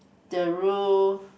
the roof